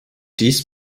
dies